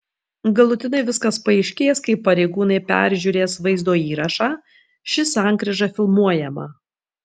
galutinai viskas paaiškės kai pareigūnai peržiūrės vaizdo įrašą ši sankryža filmuojama